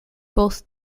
both